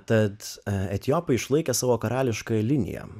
tad etiopai išlaikė savo karališkąją liniją